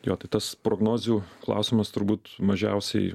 jo tai tas prognozių klausimas turbūt mažiausiai